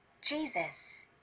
Jesus